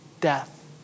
death